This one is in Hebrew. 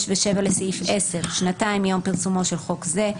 6 ו-7 לסעיף 10 שנתיים מיום פרסומו של חוק זה,